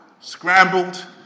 Scrambled